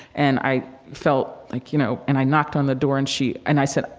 and i felt like, you know, and i knocked on the door. and she and i said,